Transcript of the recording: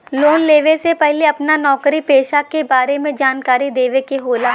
Loan लेवे से पहिले अपना नौकरी पेसा के बारे मे जानकारी देवे के होला?